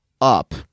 up